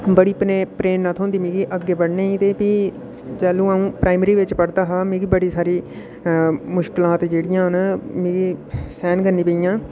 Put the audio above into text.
बड़ी प्ररेणा थ्होंदी मिगी अग्गें बधने दी ते भी जैह्लूं अ'ऊं प्राइमरी बिच पढ़दा हा मिगी बड़ी सारी मुश्कलां जेह्ड़ियां न मिगी सैह्न करने पेइयां